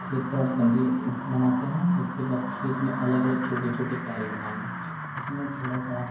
खेत का बंदी बनाते हैं उसके बाद खेत में अलग अलग छोटे छोटे क्यारी बनाएंगे उसमें थोड़ा सा